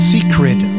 Secret